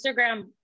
Instagram